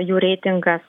jų reitingas